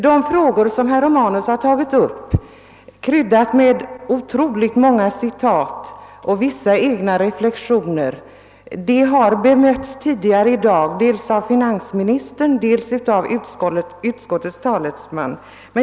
De frågor som herr Romanus har tagit upp, kryddade med otroligt många citat och vissa egna reflexioner, har behandlats tidigare under debatten, dels av finansministern, dels av utskottets talesman.